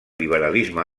liberalisme